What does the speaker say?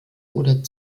oder